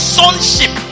sonship